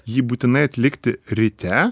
jį būtinai atlikti ryte